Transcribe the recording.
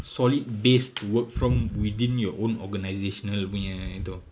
solid base to work from within your own organisational punya itu